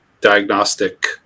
diagnostic